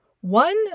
One